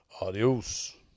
Adios